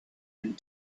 and